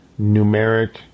numeric